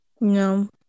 No